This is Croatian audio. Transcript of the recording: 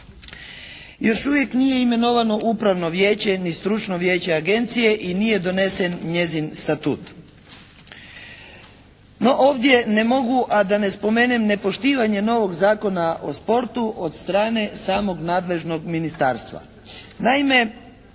Još uvijek nije imenovana upravno vijeće ni stručno vijeće agencije i nije donesen njezin statut. No ovdje ne mogu a da ne spomenem nepoštivanje novog Zakona o sportu od strane samog nadležnog ministarstva.